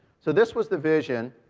so this was the vision,